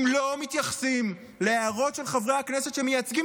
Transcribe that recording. אם לא מתייחסים להערות של חברי הכנסת שמייצגים